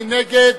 מי נגד?